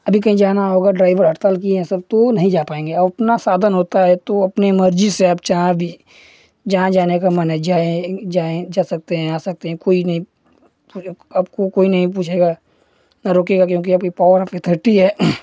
अभी कहीं जाना होगा ड्राइवर हड़ताल किए हैं सब तो वह नहीं जा पाएँगे अपना साधन होता है तब तो अपनी मर्ज़ी से आप जहाँ भी जहाँ जाने का मन है जाएँ जाएँ जा सकते हैं आ सकते हैं कोई नहीं आपको कोई नहीं पूछेगा रोकेगा क्योंकि आपकी पॉवर ऑफ़ अथॉरिटी है